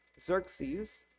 Xerxes